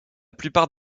plupart